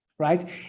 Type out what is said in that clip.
right